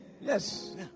Yes